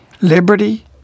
Liberty